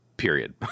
period